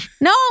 No